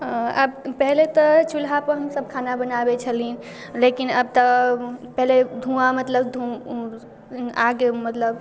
पहिले तऽ चुल्हापर हमसब खाना बनाबै छली लेकिन आब तऽ पहले धुआँ मतलब धुँ आगि मतलब